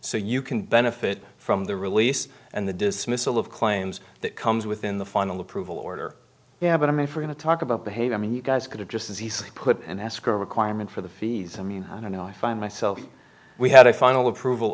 so you can benefit from the release and the dismissal of claims that comes within the final approval order yeah but i mean for him to talk about behave i mean you guys could have just as he says put an escrow requirement for the fees i mean i don't know i find myself we had a final approval